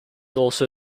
also